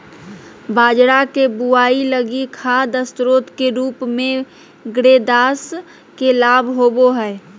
बाजरा के बुआई लगी खाद स्रोत के रूप में ग्रेदास के लाभ होबो हइ